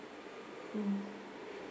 mm